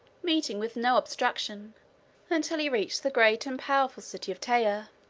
meeting with no obstruction until he reached the great and powerful city of tyre.